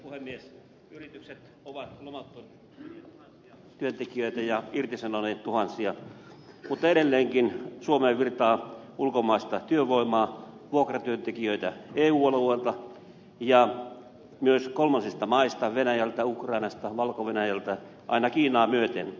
yritykset ovat lomauttaneet kymmeniätuhansia työntekijöitä ja irtisanoneet tuhansia mutta edelleenkin suomeen virtaa ulkomaista työvoimaa vuokratyöntekijöitä eu alueelta ja myös kolmansista maista venäjältä ukrainasta valko venäjältä aina kiinaa myöten